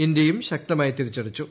ഇന്ത്യയും ശക്തമായി തിരിച്ചടിച്ചു